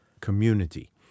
community